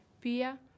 Pia